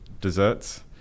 desserts